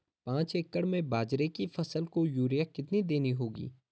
पांच एकड़ में बाजरे की फसल को यूरिया कितनी देनी होगी?